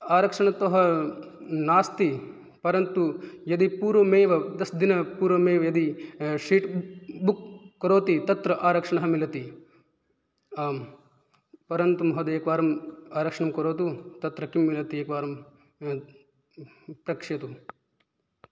आरक्षणतः नास्ति परन्तु यदि पूर्वमेव दशदिनपूर्वमेव यदि सीट् बुक् करोति तत्र आरक्षणं मिलति परन्तु महोदय एकवारम् आरक्षणं करोतु तत्र किं मिलति एकवारं प्रक्ष्यतु